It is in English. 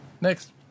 Next